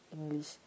english